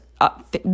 up